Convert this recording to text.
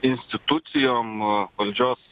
institucijom valdžios